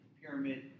pyramid